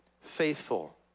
faithful